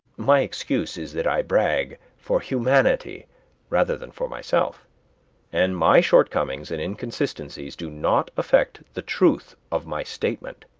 my excuse is that i brag for humanity rather than for myself and my shortcomings and inconsistencies do not affect the truth of my statement.